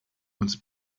uns